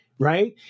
right